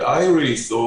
אצבע מחשש שעוקבים אחריהם.